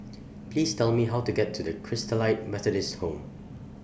Please Tell Me How to get to The Christalite Methodist Home